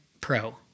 pro